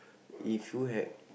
if you had